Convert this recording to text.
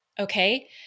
Okay